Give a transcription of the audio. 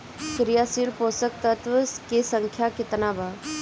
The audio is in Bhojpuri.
क्रियाशील पोषक तत्व के संख्या कितना बा?